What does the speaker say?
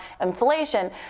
inflation